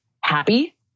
happy